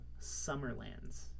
Summerlands